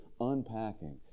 unpacking